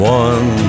one